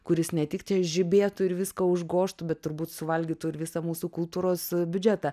kuris ne tik čia žibėtų ir viską užgožtų bet turbūt suvalgytų ir visą mūsų kultūros biudžetą